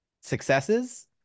successes